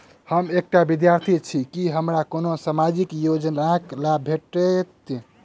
हम एकटा विद्यार्थी छी, की हमरा कोनो सामाजिक योजनाक लाभ भेटतय?